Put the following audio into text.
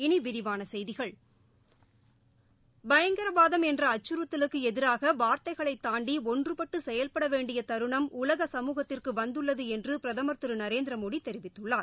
இனி விரிவான செய்திகள் பயங்கரவாதம் என்ற அச்சுறுத்தலுக்கு எதிராக வார்த்தைகளை தாண்டி ஒன்றுபட்டு செயல்படவேண்டிய தருணம் உலக சமூகத்திற்கு வந்துள்ளது என்று பிரதமர் திரு நரேந்திர மோடி தெரிவித்துள்ளார்